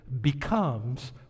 becomes